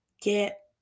get